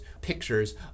pictures